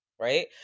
Right